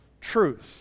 truth